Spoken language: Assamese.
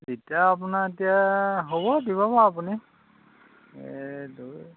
এতিয়া আপোনাৰ এতিয়া হ'ব দিব বাৰু আপুনি এই